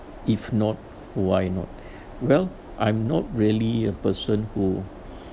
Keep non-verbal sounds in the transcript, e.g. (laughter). if not why not (breath) well I'm not really a person who (breath)